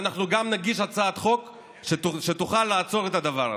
ואנחנו גם נגיש הצעת חוק שתוכל לעצור את הדבר הזה.